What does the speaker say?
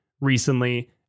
recently